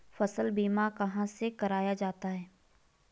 फसल बीमा कहाँ से कराया जाता है?